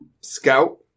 scout